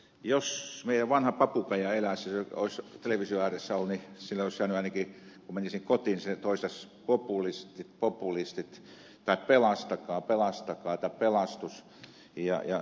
jos meidän vanha papukaija eläisi ja se olisi ollut television ääressä niin kun menisin kotiin se toistaisi populistit populistit tai pelastakaa pelastakaa tai pelastus